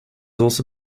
also